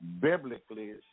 biblically